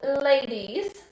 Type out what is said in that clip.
ladies